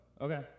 okay